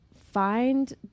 find